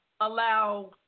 allow